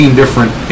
different